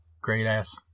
Great-ass